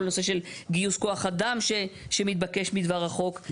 כל הנושא של גיוס כוח אדם שמתבקש מדבר החוק.